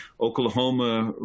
Oklahoma